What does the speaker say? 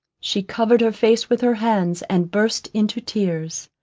she covered her face with her hands, and burst into tears.